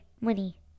money